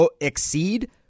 exceed